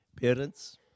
Parents